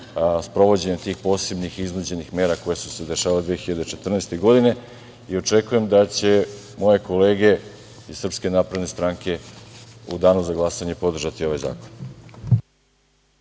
sprovođenjem tih posebnih iznuđenih mera koje su se dešavale 2014. godine. Očekujem da će moje kolege iz SNS u danu za glasanje podržati ovaj zakon.